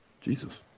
Jesus